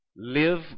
Live